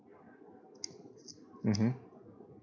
mmhmm